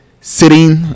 sitting